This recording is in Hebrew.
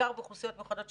בעיקר באוכלוסיות מיוחדות,